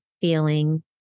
feeling